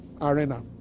arena